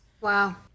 Wow